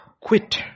quit